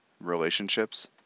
relationships